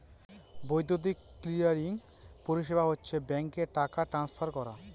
বৈদ্যুতিক ক্লিয়ারিং পরিষেবা হচ্ছে ব্যাঙ্কে টাকা ট্রান্সফার করা